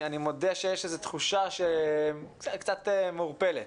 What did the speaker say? אני מודה שיש איזו תחושה קצת מעורפלת.